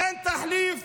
אין תחליף,